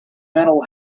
mental